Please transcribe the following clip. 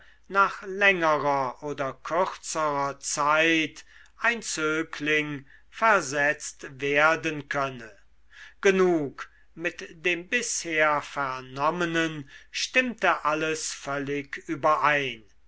nach längerer oder kürzerer zeit ein zögling versetzt werden könne genug mit dem bisher vernommenen stimmte alles völlig überein